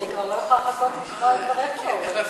אני כבר לא יכולה לחכות לשמוע את דבריך, אורן.